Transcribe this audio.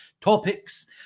topics